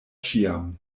ĉiam